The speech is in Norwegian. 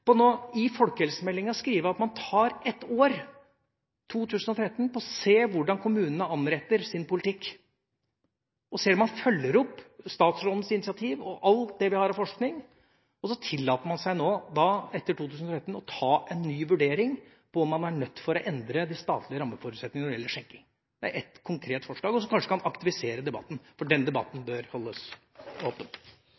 på at man i folkehelsemeldingen skriver at man bruker ett år – 2013 – på å se hvordan kommunene innretter sin politikk, ser om man følger opp statsrådens initiativ og alt det har vi har av forskning, og at man etter 2013 tillater seg å ta en ny vurdering av om man er nødt til å endre de statlige rammeforutsetningene når det gjelder skjenking. Det er et konkret forslag som kanskje kan aktivisere debatten, for denne debatten